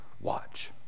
watch